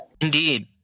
Indeed